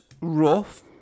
rough